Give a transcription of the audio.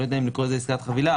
ל יודע אם לקרוא לזה עסקת חבילה,